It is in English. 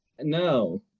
No